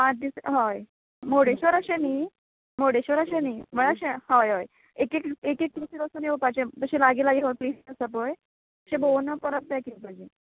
पांच दीस हय मुर्डेश्वर अशें न्ही मुर्डेश्वर अशें न्ही म्हळ्यार अशें हय हय एक एक एक एक प्लेसीर वोचोन येवपाचें अशें लागीं लागीं प्लेसीस आसा पय तशें भोंवून परत बेक येवपाचें